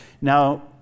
Now